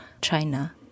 China